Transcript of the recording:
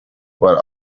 while